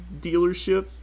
dealership